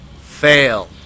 Fail